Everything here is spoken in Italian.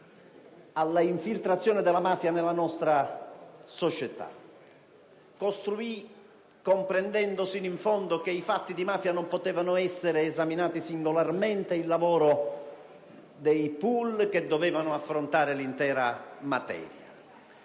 alla infiltrazione della mafia nella nostra società. Egli costruì, comprendendo fino in fondo che i fatti di mafia non potevano essere esaminati singolarmente, il lavoro dei*pool* che dovevano affrontare l'intera materia.